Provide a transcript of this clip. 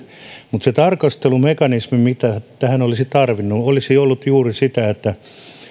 mutta se tarkastelumekanismi mitä tähän olisi tarvinnut olisi ollut juuri se että